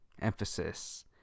Emphasis